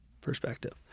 perspective